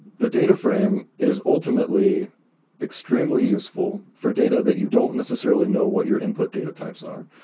the data frame is ultimately extremely useful for data that you don't necessarily know what your input data types are.